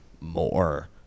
more